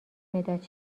مداد